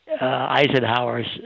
Eisenhower's